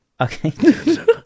Okay